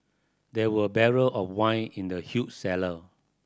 there were barrel of wine in the huge cellar